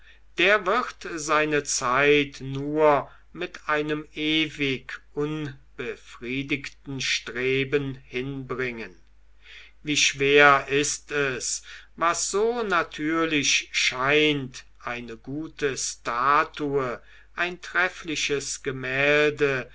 der wird seine zeit nur mit einem ewig unbefriedigten streben hinbringen wie schwer ist es was so natürlich scheint eine gute statue ein treffliches gemälde